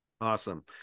Awesome